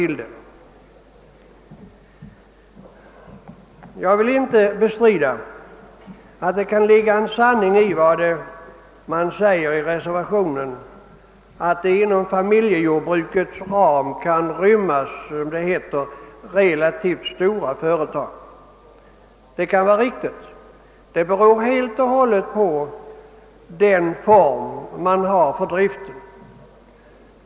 Jag vill inte bestrida att det kan ligga någon sanning i vad man säger i reservationen, nämligen att det inom familjejordbrukens ram kan rymmas, som det heter, »relativt stora företag». Det kan vara riktigt. Det beror helt och hållet på den form man har för driften.